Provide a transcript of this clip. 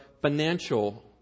financial